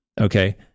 okay